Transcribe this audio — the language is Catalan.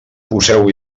poseu